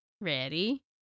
Ready